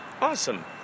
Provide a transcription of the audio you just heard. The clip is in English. Awesome